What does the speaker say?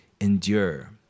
endure